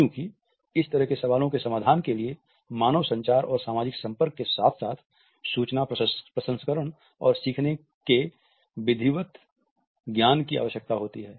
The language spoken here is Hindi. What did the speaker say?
चूंकि इस तरह के सवालों के समाधान के लिए मानव संचार और सामाजिक संपर्क के साथ साथ सूचना प्रसंस्करण और सीखने के विविध ज्ञान की आवश्यकता होती है